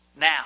now